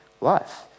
life